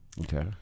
Okay